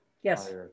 yes